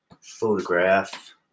photograph